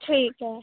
ਠੀਕ ਹੈ